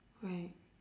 right